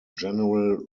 general